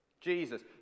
Jesus